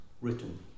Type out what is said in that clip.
written